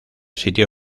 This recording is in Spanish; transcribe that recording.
sitio